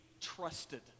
trusted